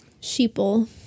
Sheeple